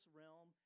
realm